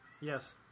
Yes